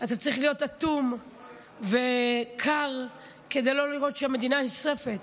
אתה צריך להיות אטום וקר כדי לא לראות שהמדינה נשרפת.